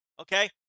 okay